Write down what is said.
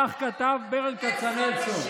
כך כתב ברל כצנלסון.